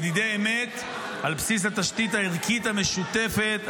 ידידי אמת על בסיס התשתית הערכית המשותפת,